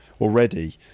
already